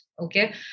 okay